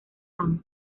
ramas